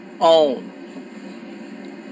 own